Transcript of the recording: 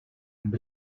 amb